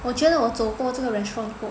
我觉得我走过这个 restaurant